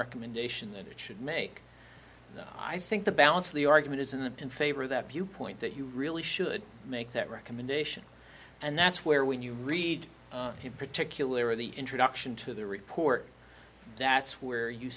recommendation that it should make i think the balance of the argument is in the in favor of that viewpoint that you really should make that recommendation and that's where when you read in particular the introduction to the report that's where you